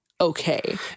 okay